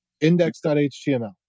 Index.html